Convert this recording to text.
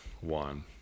one